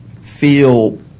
feel